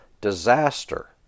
disaster